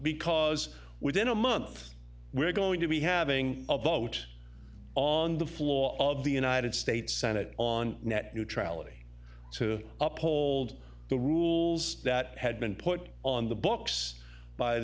because within a month we're going to be having a vote on the floor of the united states senate on net neutrality to uphold the rules that had been put on the books by